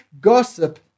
gossip